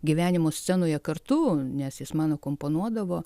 gyvenimo scenoje kartu nes jis man akomponuodavo